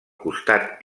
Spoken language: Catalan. costat